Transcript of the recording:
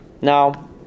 Now